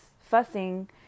fussing